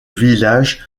village